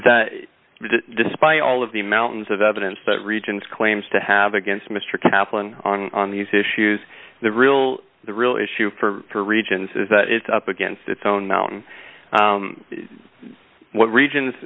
that despite all of the mountains of evidence that region's claims to have against mr kaplan on these issues the real the real issue for regions is that it's up against its own mountain what regions